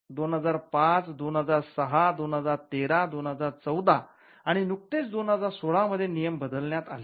२००५ २००६ २०१३ २०१४ आणि नुकतेच २०१६ मध्ये नियम बदलण्यात आलेत